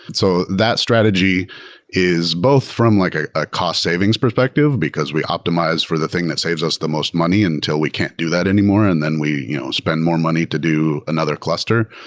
and so that strategy is both from like a ah cost savings perspective, because we optimize for the thing that saves us the most money until we can't do that anymore, and then we you know spend more money to do another cluster.